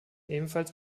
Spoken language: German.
ebenfalls